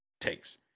takes